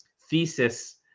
thesis